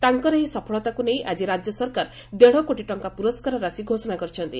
ତାଙ୍କର ଏହି ସଫଳତାକୁ ନେଇ ଆଜି ରାଜ୍ୟ ସରକାର ଦେଢ଼କୋଟି ଟଙ୍ଙା ପୁରସ୍କାର ରାଶି ଘୋଷଣା କରିଛନ୍ତି